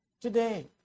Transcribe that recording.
today